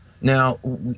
Now